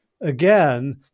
again